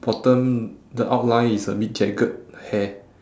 bottom the outline is a bit jagged hair